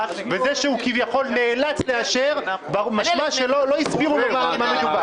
וזה שהוא כביכול נאלץ לאשר משמע שלא הסבירו לו על מה מדובר.